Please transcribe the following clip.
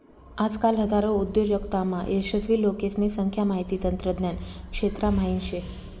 आजकाल हजारो उद्योजकतामा यशस्वी लोकेसने संख्या माहिती तंत्रज्ञान क्षेत्रा म्हाईन शे